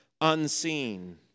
unseen